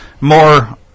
more